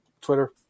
Twitter